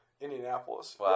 Indianapolis